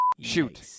Shoot